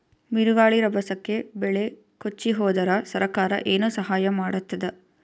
ಬಿರುಗಾಳಿ ರಭಸಕ್ಕೆ ಬೆಳೆ ಕೊಚ್ಚಿಹೋದರ ಸರಕಾರ ಏನು ಸಹಾಯ ಮಾಡತ್ತದ?